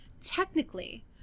Technically